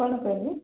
କ'ଣ କହିଲେ